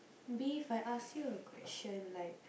maybe If I ask you a question like